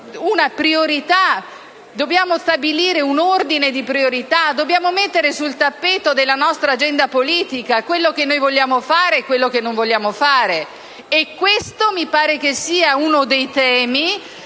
Dobbiamo stabilire un ordine di priorità. Dobbiamo mettere sul tappeto della nostra agenda politica quello che vogliamo fare e quello che non vogliamo fare, e questo mi pare che sia uno dei temi